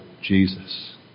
Jesus